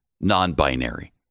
non-binary